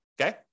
okay